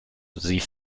sie